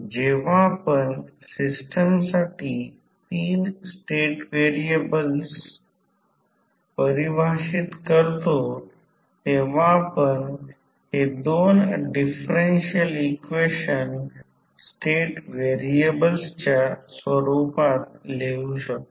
जेव्हा आपण सिस्टमसाठी 3 स्टेट व्हेरिएबल्स परिभाषित करतो तेव्हा आपण हे 2 डिफरेन्शियल इक्वेशन स्टेट व्हेरिएबलच्या स्वरूपात लिहू शकतो